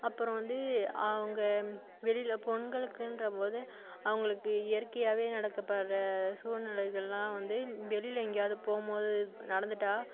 அப்பறம் வந்து அவங்க வெளியில் பெண்களுக்குன்றபோது அவங்களுக்கு இயற்கையாகவே நடக்கப்படுற சூழ்நிலைகள்லாம் வந்து வெளியில் எங்கேயாவது போகும்போது நடந்துட்டால்